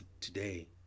today